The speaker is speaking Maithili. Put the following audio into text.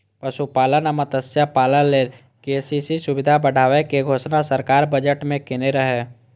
पशुपालन आ मत्स्यपालन लेल के.सी.सी सुविधा बढ़ाबै के घोषणा सरकार बजट मे केने रहै